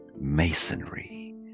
Masonry